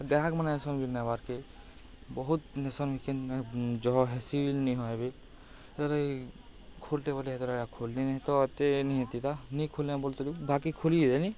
ଦେହକ ମାନେ ନସନ ବି ନେବାର୍ କେ ବହୁତ ନେସନିକନ୍ ଜ ହେସିଲ୍ ନିହ ଏବେ ସେତେବେ ଖୋଲଟେ ବଲେ ହେତେବେ ଖୋଲିଲି ତ ଏତେ ନିହାତିତା ନି ଖୋଲନାେ ବ ଯ ବାକି ଖୋଲିଲେନି